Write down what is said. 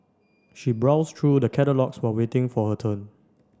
she browsed through the catalogues while waiting for her turn